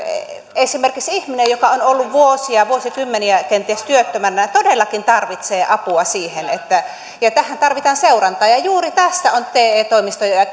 esimerkiksi ihminen joka on ollut vuosia vuosikymmeniä kenties työttömänä todellakin tarvitsee apua siihen ja tähän tarvitaan seurantaa ja juuri tästä on te toimistoja